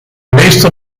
meester